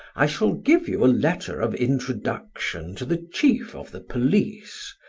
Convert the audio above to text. i shall give you a letter of introduction to the chief of the police,